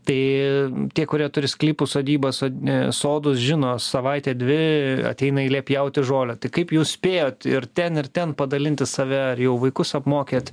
tai tie kurie turi sklypus sodybas o ne sodus žino savaitė dvi ateina eilė pjauti žolę tai kaip jūs spėjot ir ten ir ten padalinti save ar jau vaikus apmokėt